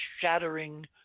shattering